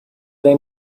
they